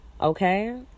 okay